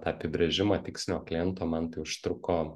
tą apibrėžimą tikslinio kliento man tai užtruko